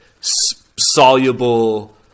soluble